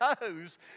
toes